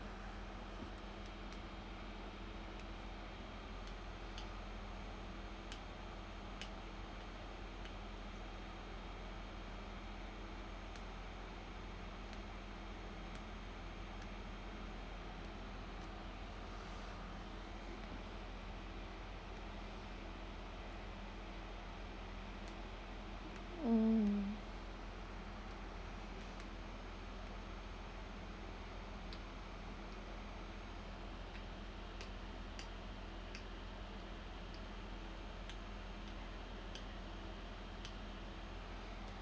mm